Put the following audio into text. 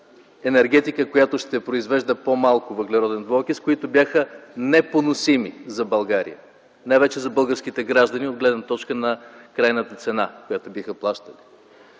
енергетиката, която ще произвежда по-малко въглероден двуокис, които бяха непоносими за България, най-вече за българските граждани от гледна точка на крайната цена, която биха плащали.